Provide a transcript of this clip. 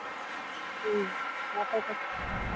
ᱦᱮᱸ ᱱᱟᱯᱟᱭ ᱜᱮ ᱥᱮᱪᱮᱫ